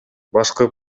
башкы